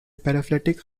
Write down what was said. paraphyletic